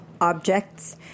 objects